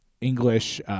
English